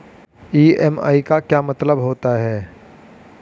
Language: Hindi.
ई.एम.आई का क्या मतलब होता है?